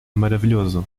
maravilhoso